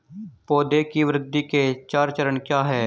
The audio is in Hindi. पौधे की वृद्धि के चार चरण क्या हैं?